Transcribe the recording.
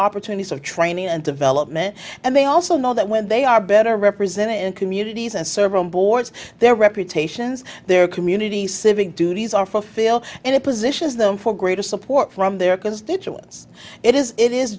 opportunities of training and development and they also know that when they are better represented in communities and serve on boards their reputations their community civic duties are fill in a positions them for greater support from their constituents it is it is